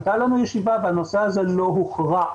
הייתה לנו ישיבה והנושא הזה לא הוכרע.